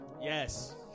Yes